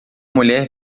mulher